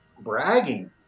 bragging